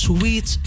Sweet